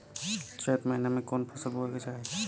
चैत महीना में कवन फशल बोए के चाही?